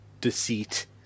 deceit